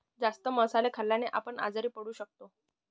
जास्त मसाले खाल्ल्याने आपण आजारी पण पडू शकतो